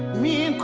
me